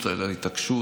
ההתעקשות,